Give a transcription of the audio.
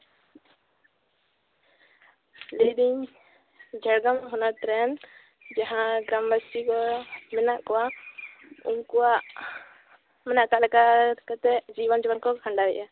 ᱞᱟᱹᱭᱫᱟᱹᱧ ᱡᱷᱟᱲᱜᱨᱟᱢ ᱦᱚᱱᱚᱛ ᱨᱮᱱ ᱡᱟᱦᱟᱸ ᱜᱨᱟᱢᱵᱟᱥᱤ ᱠᱚ ᱢᱮᱱᱟᱜ ᱠᱚᱣᱟ ᱩᱱᱠᱩᱣᱟᱜ ᱢᱟᱱᱮ ᱚᱠᱟᱞᱮᱠᱟ ᱠᱟᱛᱮ ᱡᱤᱭᱚᱱ ᱡᱤᱵᱚᱱ ᱠᱚ ᱠᱷᱟᱸᱰᱟᱣᱮᱫᱼᱟ